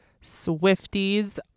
Swifties